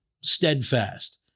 steadfast